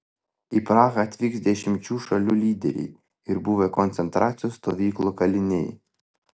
į prahą atvyks dešimčių šalių lyderiai ir buvę koncentracijos stovyklų kaliniai